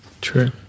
True